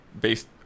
based